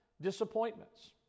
disappointments